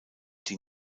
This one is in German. die